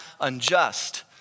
unjust